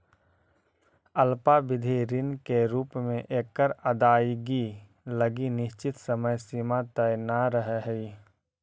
अल्पावधि ऋण के रूप में एकर अदायगी लगी निश्चित समय सीमा तय न रहऽ हइ